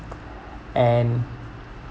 and